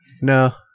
no